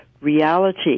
reality